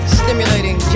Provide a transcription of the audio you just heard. stimulating